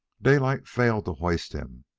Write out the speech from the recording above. daylight failed to hoist him,